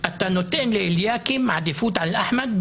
אתה נותן לאליקים עדיפות על אחמד,